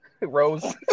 Rose